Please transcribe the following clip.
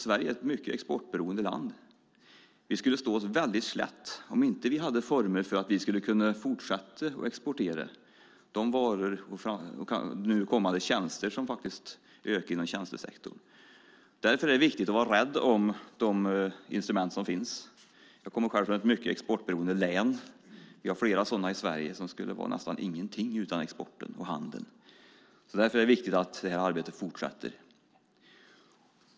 Sverige är ett mycket exportberoende land. Vi skulle stå oss väldigt slätt om vi inte hade former för att kunna fortsätta exportera de varor och kommande tjänster som faktiskt ökar inom tjänstesektorn. Därför är det viktigt att vara rädd om de instrument som finns. Jag kommer själv från ett mycket exportberoende län. Vi har flera sådana i Sverige som skulle vara nästan ingenting utan exporten och handeln. Därför är det viktigt att det här arbetet fortsätter.